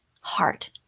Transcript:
heart